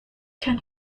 can